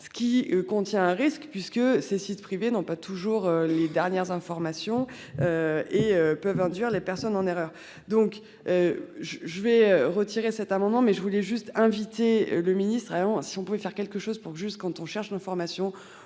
Ce qui compte. Y a un risque puisque ces sites privés n'ont pas toujours les dernières informations. Et peuvent induire les personnes en erreur donc. Je vais retirer cet amendement mais je voulais juste invité le ministre allemand. Si on pouvait faire quelque chose pour juste quand on cherche l'information.